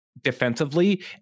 defensively